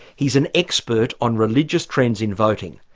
he's an expert on religious trends in voting.